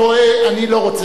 אני לא רוצה להוכיח לך,